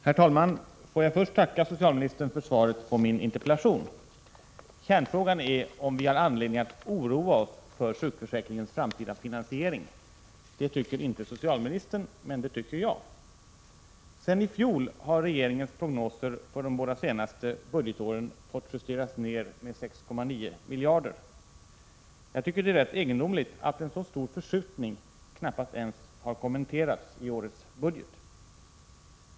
Herr talman! Får jag först tacka socialministern för svaret på min interpellation. Kärnfrågan är om vi har anledning att oroa oss för sjukförsäkringens framtida finansiering. Det tycker inte socialministern, men det tycker jag. Sedan i fjol har regeringens prognoser för de båda senaste budgetåren fått justeras ned med 6,9 miljarder kronor. Jag tycker att det är rätt egendomligt att en så stor förskjutning knappast ens har kommenterats i årets budget.